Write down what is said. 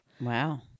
Wow